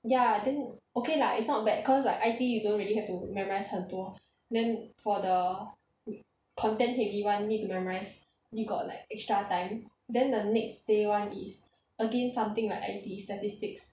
ya then okay lah it's not bad cause like I_T you don't really have to memorise 很多 then for the content heavy [one] need to memorise [one] you got like extra time then the next day [one] is again something like I_T statistics